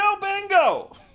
bingo